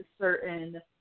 certain